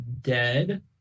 dead